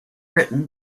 written